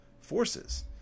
forces